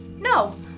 No